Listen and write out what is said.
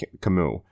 Camus